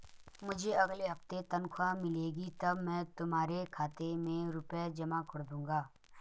मुझे अगले हफ्ते तनख्वाह मिलेगी तब मैं तुम्हारे खाते में रुपए जमा कर दूंगा